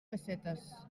pessetes